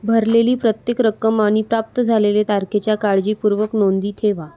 भरलेली प्रत्येक रक्कम आणि प्राप्त झालेले तारखेच्या काळजीपूर्वक नोंदी ठेवा